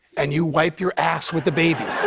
and you wipe your ass with the baby.